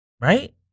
Right